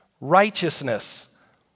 righteousness